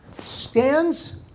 stands